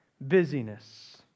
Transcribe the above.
Busyness